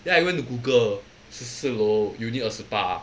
then I went to Google 十四楼 unit 二十八